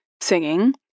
singing